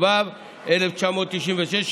התשנ"ו 1996,